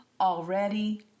already